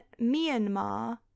Myanmar